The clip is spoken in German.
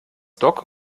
dock